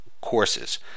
courses